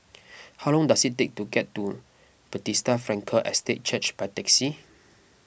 how long does it take to get to Bethesda Frankel Estate Church by taxi